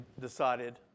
decided